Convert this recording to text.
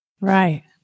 Right